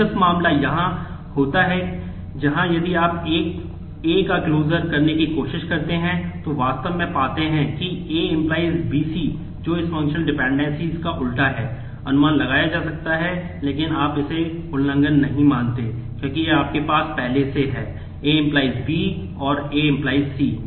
दिलचस्प मामला यहां होता है जहां यदि आप A को क्लोसर का उलटा है अनुमान लगाया जा सकता है लेकिन आप इसे उल्लंघन नहीं मानते हैं क्योंकि यह आपके पास पहले से है A → B और A → C